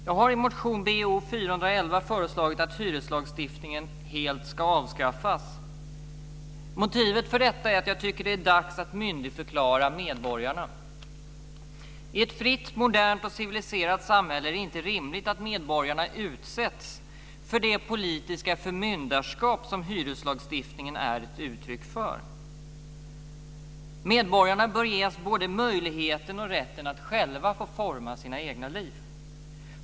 Jag har i motion Bo411 föreslagit att hyreslagstiftningen helt ska avskaffas. Motivet för detta är att jag tycker att det är dags att myndigförklara medborgarna. I ett fritt, modernt och civiliserat samhälle är det inte rimligt att medborgarna utsätts för det politiska förmyndarskap som hyreslagstiftningen är ett uttryck för. Medborgarna bör ges både möjligheten och rätten att själva få forma sina egna liv.